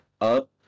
up